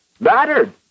Battered